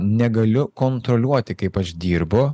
negaliu kontroliuoti kaip aš dirbu